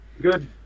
Good